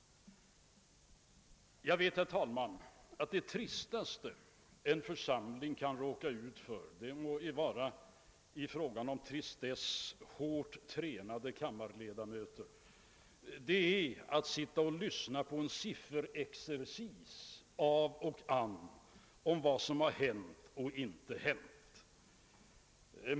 Jag vet, herr talman, att det tristaste en församling kan råka ut för — det må gälla även i fråga om tristess hårt tränade kammarledamöter — är att sitta och lyssna på en sifferexercis av och an rörande vad som hänt och inte hänt.